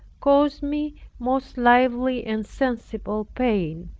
caused me most lively and sensible pain.